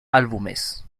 álbumes